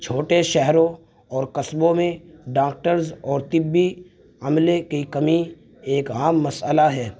چھوٹے شہروں اور قصبوں میں ڈاکٹرز اور طبی عملے کی کمی ایک عام مسئلہ ہے